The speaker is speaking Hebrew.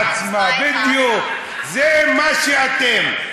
היא זורקת על עצמה, בדיוק, זה מה שאתם.